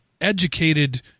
educated